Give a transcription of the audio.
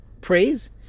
praise